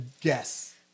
guess